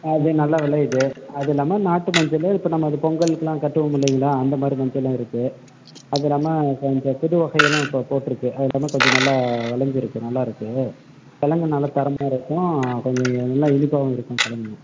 அது நல்லா விளையிது அது இல்லாமல் நாட்டு மஞ்சள் இப்போ நம்ம அது பொங்கலுக்குலாம் கட்டுவோம் இல்லைங்களா அந்தமாதிரி மஞ்சளும் இருக்கு அது இல்லாமல் கொஞ்சம் புது வகைகளும் இப்போ போட்டுருக்கு அது எல்லாமே கொஞ்சம் நல்லா விளைஞ்சிருக்கு நல்லாருக்கு கிழங்கு நல்ல தரமாக இருக்கும் கொஞ்சம் இ நல்லா இனிப்பாகவும் இருக்கும் கிழங்கு